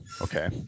Okay